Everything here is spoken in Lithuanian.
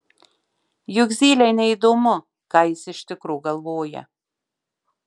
juk zylei neįdomu ką jis iš tikro galvoja